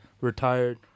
retired